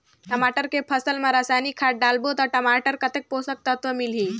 टमाटर के फसल मा रसायनिक खाद डालबो ता टमाटर कतेक पोषक तत्व मिलही?